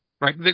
Right